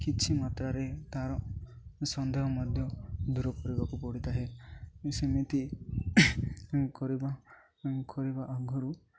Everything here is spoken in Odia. କିଛି ମାତ୍ରାରେ ତା'ର ସନ୍ଦେହ ମଧ୍ୟ ଦୂର କରିବାକୁ ପଡ଼ିଥାଏ ସେମିତି କରିବା କରିବା ଆଗୁରୁ